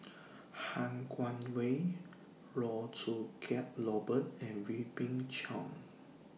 Han Guangwei Loh Choo Kiat Robert and Wee Beng Chong